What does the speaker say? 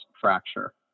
fracture